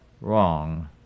wrong